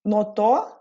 nuo to